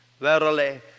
Verily